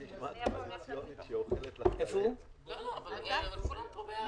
--- אם הם הוצאו לחל"ת ולא פוטרו?